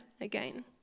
again